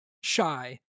Shy